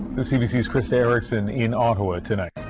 the cbc's christa erikson in ottawa tonight.